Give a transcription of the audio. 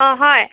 অঁ হয়